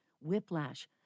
whiplash